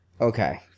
Okay